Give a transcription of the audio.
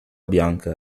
bianca